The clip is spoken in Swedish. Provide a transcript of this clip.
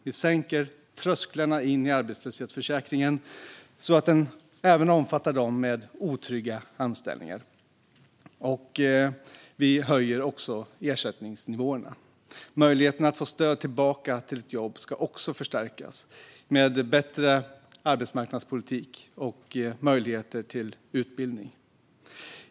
Vi sänker trösklarna in i arbetslöshetsförsäkringen så att den även omfattar dem med otrygga anställningar. Vi höjer också ersättningsnivåerna. Möjligheten att få stöd att komma tillbaka till ett jobb ska också förstärkas genom bättre arbetsmarknadspolitik och möjligheter till utbildning.